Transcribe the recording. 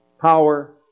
power